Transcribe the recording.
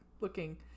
looking